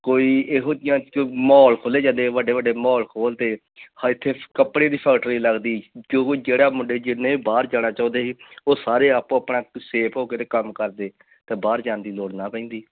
ਕੋਈ ਇਹੋ ਜਿਹੀਆਂ 'ਚ ਮੋਲ ਖੋਲ੍ਹੇ ਜਾਂਦੇ ਆ ਵੱਡੇ ਵੱਡੇ ਮੋਲ ਖੋਲ੍ਹ ਤੇ ਹਾਂ ਇੱਥੇ ਕੱਪੜੇ ਦੀ ਫੈਕਟਰੀ ਲੱਗਦੀ ਜੋ ਕਿ ਜਿਹੜਾ ਮੁੰਡੇ ਜਿੰਨੇ ਬਾਹਰ ਜਾਣਾ ਚਾਹੁੰਦੇ ਉਹ ਸਾਰੇ ਆਪੋ ਆਪਣਾ ਸੇਫ ਹੋ ਕੇ ਅਤੇ ਕੰਮ ਕਰਦੇ ਅਤੇ ਬਾਹਰ ਜਾਣ ਦੀ ਲੋੜ ਨਾ ਪੈਂਦੀ